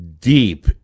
deep